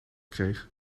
kreeg